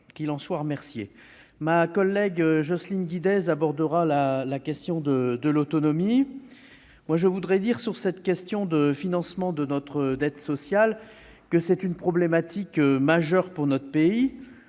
Qu'il en soit remercié. Ma collègue Jocelyne Guidez abordera la question de l'autonomie. Pour ma part, je traiterai celle du financement de notre dette sociale, qui est une problématique majeure pour notre pays,